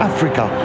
Africa